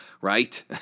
right